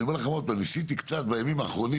אני אומר לכם שוב שניסיתי בימים האחרונים